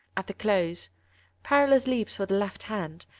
at the close perilous leaps for the left hand,